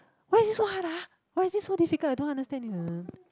why is it so hard ah why is this so difficult I don't understand this uh